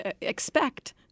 expect